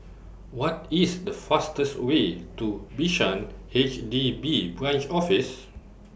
What IS The fastest Way to Bishan H D B Branch Office